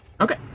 Okay